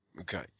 Okay